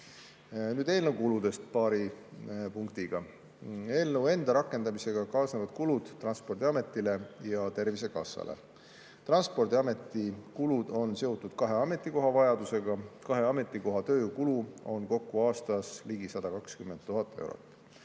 Nüüd eelnõu kuludest paari punktiga. Eelnõu rakendamisega kaasnevad kulud Transpordiametile ja Tervisekassale. Transpordiameti kulud on seotud kahe ametikoha [loomise] vajadusega. Kahe ametikoha tööjõukulu on aastas kokku ligi 120 000 eurot.